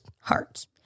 hearts